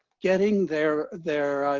getting their their